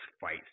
fight